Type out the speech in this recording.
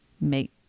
make